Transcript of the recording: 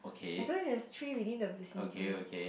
I told you there is three within the vicinity